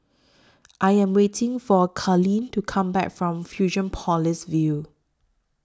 I Am waiting For Kalene to Come Back from Fusionopolis View